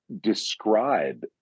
describe